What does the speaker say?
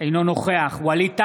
אינו נוכח ווליד טאהא,